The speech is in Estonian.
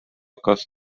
kas